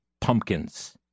pumpkins